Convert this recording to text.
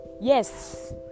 Yes